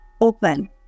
open